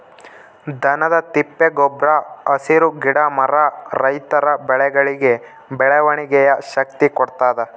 ದನದ ತಿಪ್ಪೆ ಗೊಬ್ರ ಹಸಿರು ಗಿಡ ಮರ ರೈತರ ಬೆಳೆಗಳಿಗೆ ಬೆಳವಣಿಗೆಯ ಶಕ್ತಿ ಕೊಡ್ತಾದ